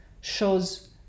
shows